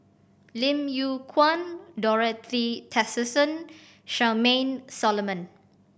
Lim Yew Kuan Dorothy Tessensohn Charmaine Solomon